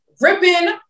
ripping